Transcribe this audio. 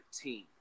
team